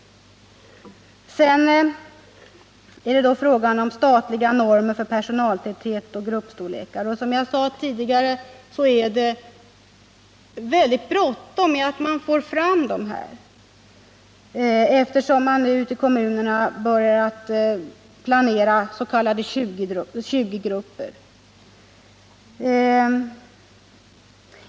Sedan är det fråga om statliga normer för personaltäthet och gruppstorlekar. Som jag sade tidigare är det väldigt bråttom att få fram dem, eftersom man nu i kommunerna börjar planera s.k. 20-grupper.